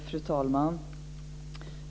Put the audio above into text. Fru talman!